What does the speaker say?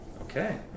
Okay